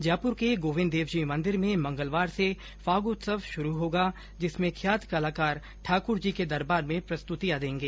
जयपुर के गोविन्द देवजी मंदिर में मंगलवार से फागोत्सव शुरू होगा जिसमें ख्यात कलाकार ठाक्र जी के दरबार में प्रस्तुतियां देंगे